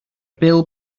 bil